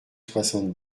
soixante